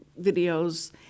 videos